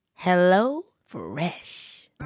HelloFresh